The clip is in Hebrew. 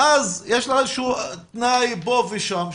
ואז יש לה איזה שהוא תנאי פה ושם,